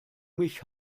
mich